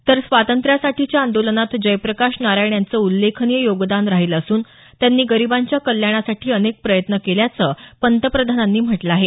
तर स्वातंत्र्यासाठीच्या आंदोलनात जयप्रकाश नारायण यांचं उल्लेखनीय योगदान राहीलं असून त्यांनी गरीबांच्या कल्याणासाठी अनेक प्रयत्न केल्याचं पंतप्रधानांनी म्हटलं आहे